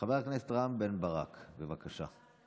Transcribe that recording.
חבר הכנסת רם בן ברק, בבקשה.